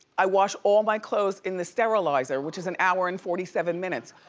i wash all my clothes in the sterilizer, which is an hour and forty seven minutes.